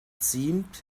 seemed